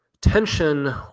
tension